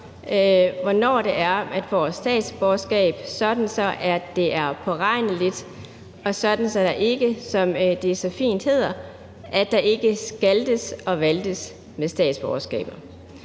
hvornår det er, man får statsborgerskab, sådan at det er påregneligt, og sådan at der ikke – som det så fint hedder – skaltes og valtes med statsborgerskaber.